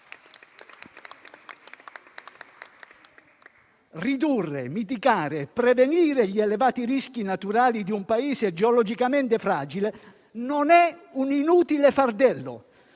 Ridurre, mitigare e prevenire gli elevati rischi naturali di un Paese geologicamente fragile non è un inutile fardello;